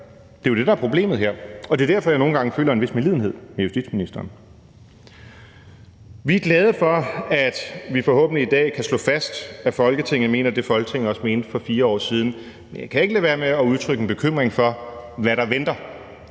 Det er jo det, der er problemet her. Og det er derfor, jeg nogle gange føler en vis medlidenhed med justitsministeren. Vi er glade for, at vi forhåbentlig i dag kan slå fast, at Folketinget mener det, Folketinget også mente for 4 år siden. Men jeg kan ikke lade være med at udtrykke bekymring for, hvad der venter.